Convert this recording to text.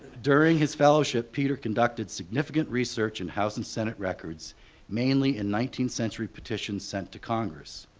during his fellowship, peter conducted significant research in house and senate records mainly in nineteenth century petitions sent to congress.